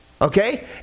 Okay